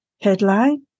headline